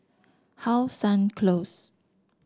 How Sun Close